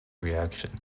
reaction